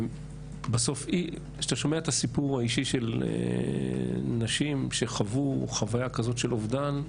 בסוף כשאתה שומע את הסיפור האישי של נשים שחוו חוויה כזאת של אובדן,